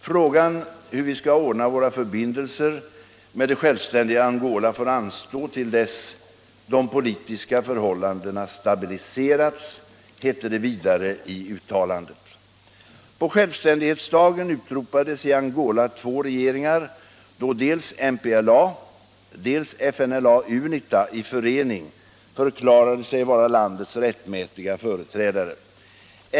Frågan hur vi skall ordna våra förbindelser med det självständiga Angola får anstå till dess de politiska förhållandena stabiliserats, hette det vidare i uttalandet. På självständighetsdagen utropades i Angola två regeringar då dels MPLA, dels FNLA-UNITA i förening förklarade sig vara landets rättmätiga företrädare.